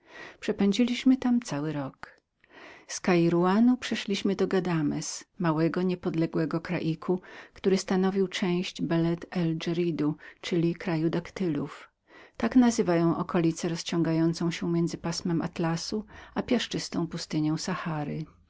przepędziliśmy tam cały rok z kairawanu przeszliśmy do guadamo małego niepodległego kraiku który stanowił część beled ul gezidu czyli kraju daktylów tak nazywają oklicęokolicę rozciągającą się między pasmem atlasu a piasczystą pustynią